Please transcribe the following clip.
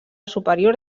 superior